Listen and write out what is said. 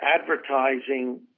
advertising